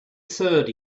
third